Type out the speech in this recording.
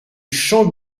champ